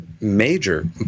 major